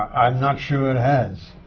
i'm not sure it has.